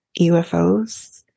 ufos